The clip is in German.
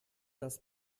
das